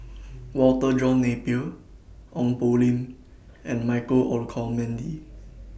Walter John Napier Ong Poh Lim and Michael Olcomendy